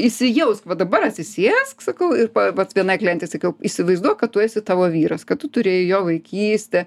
įsijausk va dabar atsisėsk sakau ir vat vienai klientei sakiau įsivaizduok kad tu esi tavo vyras kad tu turėjai jo vaikystę